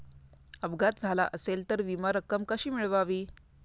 अपघात झाला असेल तर विमा रक्कम कशी मिळवावी?